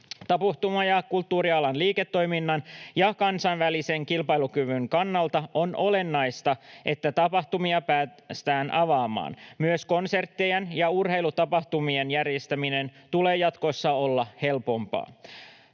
Tapahtuma‑ ja kulttuurialan liiketoiminnan ja kansainvälisen kilpailukyvyn kannalta on olennaista, että tapahtumia päästään avaamaan. Myös konserttien ja urheilutapahtumien järjestämisen tulee jatkossa olla helpompaa.